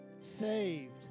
saved